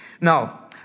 Now